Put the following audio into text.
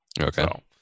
Okay